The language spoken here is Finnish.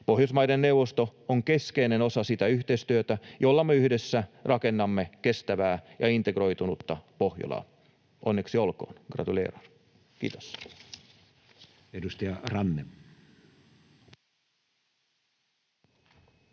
Pohjoismaiden neuvosto on keskeinen osa sitä yhteistyötä, jolla me yhdessä rakennamme kestävää ja integroitunutta Pohjolaa. Onneksi olkoon, gratulerar! — Kiitos.